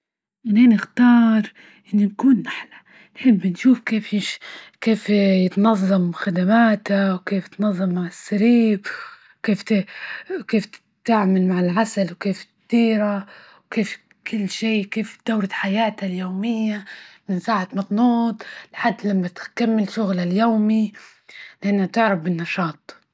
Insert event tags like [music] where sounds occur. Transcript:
الحين أختار إني نكون نحلة، الحين بنشوف كيف [hesitation] كيف يتنظم خدماته؟ وكيف تنظم مع السريب ؟وكيف وكيف [hesitation] تتعامل مع العسل ؟ وكيف تيرا ؟وكيف كل شيء؟ كيف دورة حياته اليومية من ساعة ما تنوض لحد لما تكمل شغلها اليومي؟ لإنها تعرف بالنشاط..